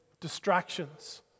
distractions